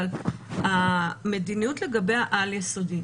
אבל המדיניות לגבי על-יסודי.